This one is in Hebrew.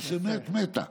מה שמת, מטא.